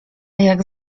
jak